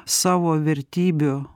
savo vertybių